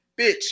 bitch